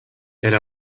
elle